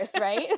right